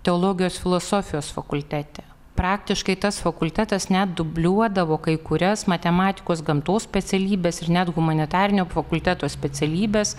teologijos filosofijos fakultete praktiškai tas fakultetas net dubliuodavo kai kurias matematikos gamtos specialybes ir net humanitarinio fakulteto specialybes